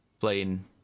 playing